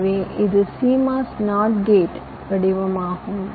எனவே இது CMOS NOT gate வடிவமாகும்